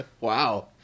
Wow